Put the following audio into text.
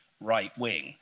right-wing